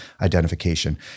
identification